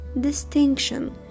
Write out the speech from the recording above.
distinction